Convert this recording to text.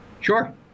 sure